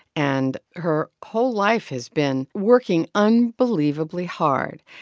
and her whole life has been working unbelievably hard.